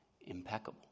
impeccable